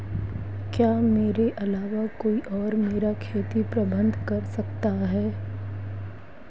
क्या मेरे अलावा कोई और मेरा खाता प्रबंधित कर सकता है?